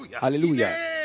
hallelujah